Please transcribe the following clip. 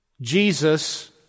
Jesus